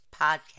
podcast